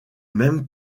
même